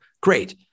Great